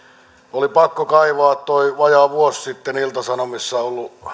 oli pakko kaivaa tuo vajaa vuosi sitten iltasanomissa ollut